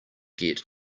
get